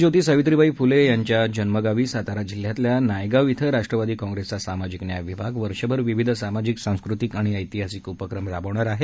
क्रांतीज्योती सावित्रीबाई फ्ले यांच्या जन्मगावी सातारा जिल्हयातल्या नायगाव इथं राष्ट्रवादी काँग्रेसचा सामाजिक न्याय विभाग वर्षभर विविध सामाजिक सांस्कृतिक आणि ऐतिहासिक उपक्रम राबविणार आहे